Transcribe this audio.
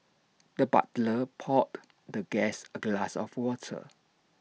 the butler poured the guest A glass of water